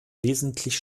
wesentlich